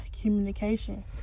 communication